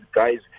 guys